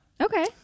Okay